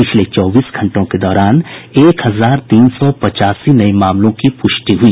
पिछले चौबीस घंटों के दौरान एक हजार तीन सौ पचासी नये मामलों की पुष्टि हुई